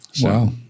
Wow